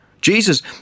Jesus